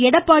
Edappadi